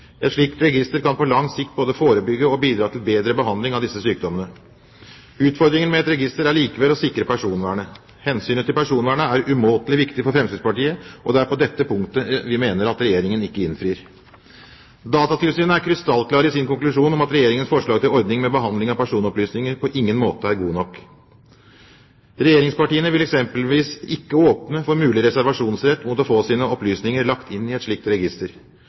Et slikt register kan på lang sikt både forebygge og bidra til bedre behandling av disse sykdommene. Utfordringen med et register er likevel å sikre personvernet. Hensynet til personvernet er umåtelig viktig for Fremskrittspartiet, og det er på dette punktet vi mener at Regjeringen ikke innfrir. Datatilsynet er krystallklar i sin konklusjon om at Regjeringens forslag til ordning med behandling av personopplysninger på ingen måte er god nok. Regjeringspartiene vil eksempelvis ikke åpne for mulig reservasjonsrett mot å få sine opplysninger lagt inn i et slikt register.